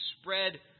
spread